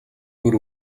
өөр